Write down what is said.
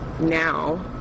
now